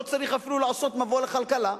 לא צריך אפילו לעשות מבוא לכלכלה,